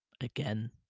again